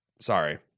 sorry